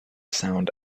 sound